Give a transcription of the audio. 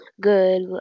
good